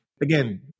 again